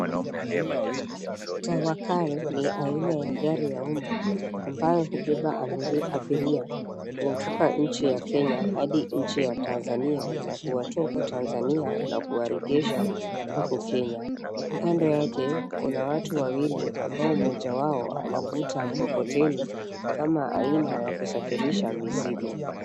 Tawakal ni aina ya gari la umma ambayo hubeba abiria kutoka nchi ya Kenya hadi nchi ya Tanzania na kuwatoa huko Tanzania na kuwaregesha huku Kenya. Kando yake kuna watu wawili ambao mmoja wao anavuta mkokoteni kama aina ya kusafirisha mizigo.